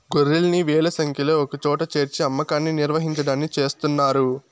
గొర్రెల్ని వేల సంఖ్యలో ఒకచోట చేర్చి అమ్మకాన్ని నిర్వహించడాన్ని చేస్తున్నారు